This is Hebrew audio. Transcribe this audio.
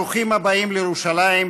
ברוכים הבאים לירושלים,